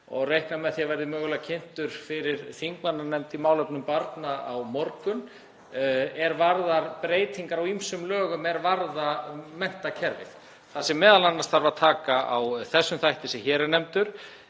ég reikna með því að hann verði mögulega kynntur fyrir þingmannanefnd í málefnum barna á morgun. Hann snýr að breytingum á ýmsum lögum er varða menntakerfið þar sem m.a. þarf að taka á þeim þætti sem hér er nefndur.